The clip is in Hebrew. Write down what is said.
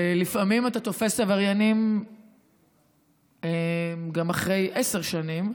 ולפעמים אתה תופס עבריינים גם אחרי עשר שנים.